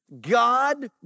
God